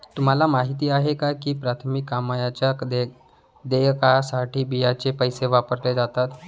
तुम्हाला माहिती आहे का की प्राथमिक कामांच्या देयकासाठी बियांचे पैसे वापरले जातात?